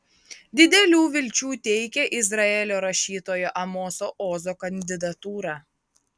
didelių vilčių teikia izraelio rašytojo amoso ozo kandidatūra